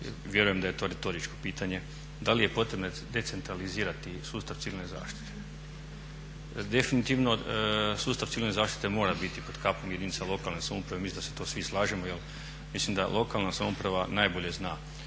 vjerujem da je to retoričko pitanje, da li je potrebno decentralizirati sustav civilne zaštite. Definitivno sustav civilne zaštite treba mora biti pod kapom jedinica lokalne samouprave, mislim da se to svi slažemo jer mislim da lokalna samouprava najbolje zna